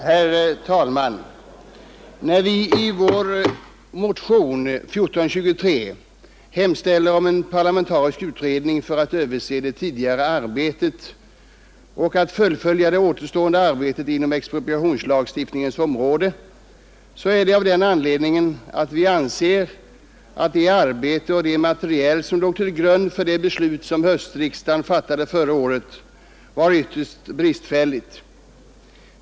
Herr talman! När vi i vår motion, nummer 1423, hemställer om en parlamentarisk utredning för att överse det tidigare arbetet och fullfölja det återstående arbetet på expropriationslagstiftningens område, så är det av den anledningen att vi anser att det arbete och det material som låg till grund för det beslut, som höstriksdagen i fjol fattade, var ytterst bristfälligt.